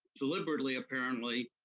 deliberately apparently,